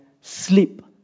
sleep